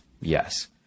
yes